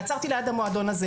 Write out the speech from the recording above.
עצרתי ליד המועדון,